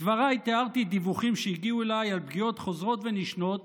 בדבריי תיארתי דיווחים שהגיעו אליי על פגיעות חוזרות ונשנות